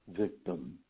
victim